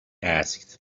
asked